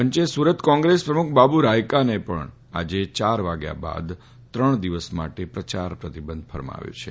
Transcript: પંચે સુરત કોંગ્રેસ પ્રમુખ બાબુ રાયકાને પણ આજે ચાર વાગ્યા બાદ ત્રણ દિવસ માટે પ્રચાર પ્રતિબંધ ફરમાવ્યો છે